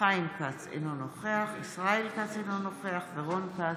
חיים כץ, אינו נוכח ישראל כץ, אינו נוכח רון כץ,